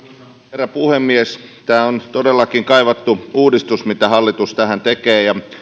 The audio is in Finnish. herra puhemies tämä on todellakin kaivattu uudistus mitä hallitus tähän tekee ja